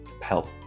help